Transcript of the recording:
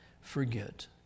forget